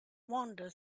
wander